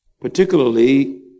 particularly